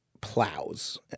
plows